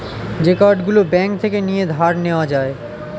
যে কার্ড গুলো ব্যাঙ্ক থেকে নিয়ে ধার নেওয়া যায়